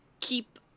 keep